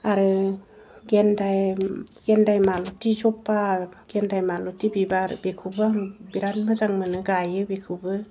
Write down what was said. आरो गेन्दाइ गेन्दाइ माल'टि ज'बा गेन्दाइ माल'टि बिबार बेखौबो आं बिराद मोजां मोनो गायो बेखौबो